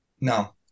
No